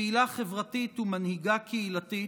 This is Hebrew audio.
פעילה חברתית ומנהיגה קהילתית,